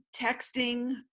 texting